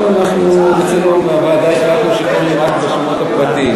אנחנו בוועדה שלנו החלטנו שקוראים רק בשמות הפרטיים.